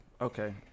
Okay